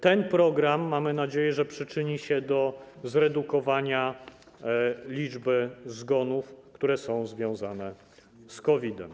Ten program, mamy nadzieję, przyczyni się do zredukowania liczby zgonów, które są związane z COVID-em.